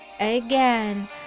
again